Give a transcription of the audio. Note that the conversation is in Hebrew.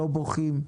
לא בוכים,